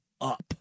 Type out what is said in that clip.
up